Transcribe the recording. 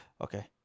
okay